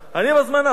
אני בזמן האחרון,